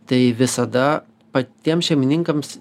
tai visada patiem šeimininkams